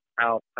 out